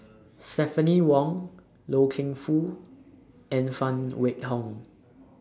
Stephanie Wong Loy Keng Foo and Phan Wait Hong